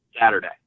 Saturday